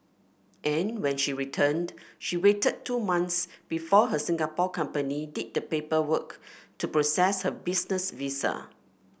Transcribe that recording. and when she returned she waited two months before her Singapore company did the paperwork to process her business visa